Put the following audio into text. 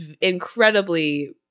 incredibly